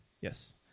Yes